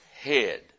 head